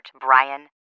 Brian